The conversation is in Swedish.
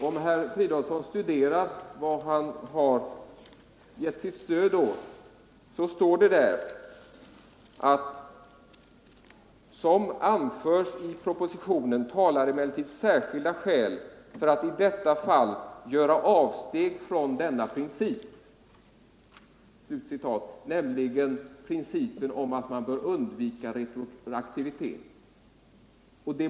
Om herr Fridolfsson studerar vad han har givit sitt stöd åt finner han att det där står: ”Som anförs i propositionen talar emellertid särskilda skäl för att i detta fall ——— göra avsteg från denna princip”, nämligen principen om att man bör undvika retroaktivitet.